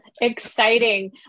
exciting